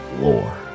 lore